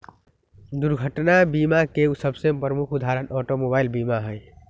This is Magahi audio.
दुर्घटना बीमा के सबसे प्रमुख उदाहरण ऑटोमोबाइल बीमा हइ